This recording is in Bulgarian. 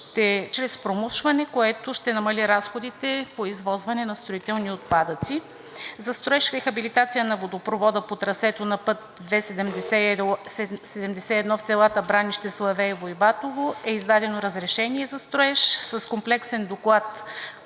чрез промушване, което ще намали разходите по извозване на строителни отпадъци. За строеж и рехабилитация на водопровода по трасето на път II 71 в селата Бранище, Славеево и Батово е издадено разрешение за строеж с комплексен доклад